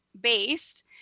based